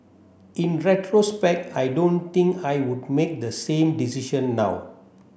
in retrospect I don't think I would make the same decision now